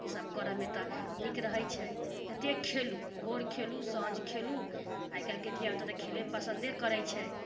ई सब करऽमे तऽ नीक रहै छै जतेक खेलू भोर खेलू साँझ खेलू आइ काल्हिके धिया पूता तऽ खेले पसन्दे करै छै